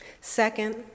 Second